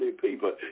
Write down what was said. people